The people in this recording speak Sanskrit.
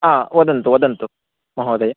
आं वदन्तु वदन्तु महोदय